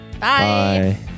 Bye